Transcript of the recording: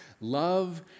Love